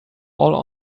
all